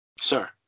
Sir